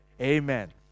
Amen